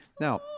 Now